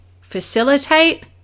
facilitate